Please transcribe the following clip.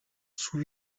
sous